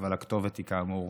אבל הכתובת היא כאמור